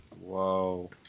Whoa